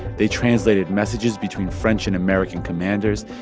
they translated messages between french and american commanders.